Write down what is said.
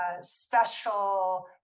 special